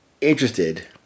interested